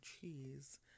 cheese